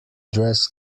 dress